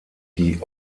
die